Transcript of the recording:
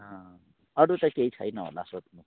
अरू त केही छैन होला सोध्नु